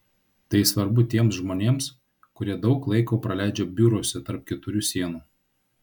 tai svarbu tiems žmonėms kurie daug laiko praleidžia biuruose tarp keturių sienų